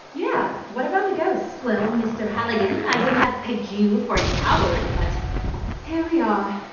yeah, what about the ghost? well mr. haligan, i wouldn't have pegged you for a coward, but here we are.